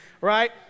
right